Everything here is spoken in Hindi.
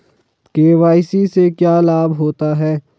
के.वाई.सी से क्या लाभ होता है?